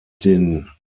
den